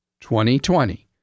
2020